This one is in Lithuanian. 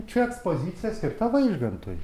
čia ekspozicija skirta vaižgantui